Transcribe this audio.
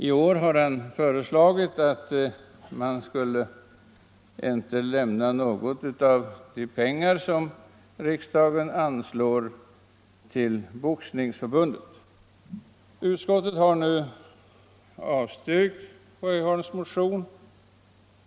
I år har han föreslagit att riksdagen inte skall lämna någon del av anslagspengarna till Boxningsförbundet. Utskottet har avstyrkt herr Sjöholms motion.